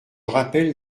rappelle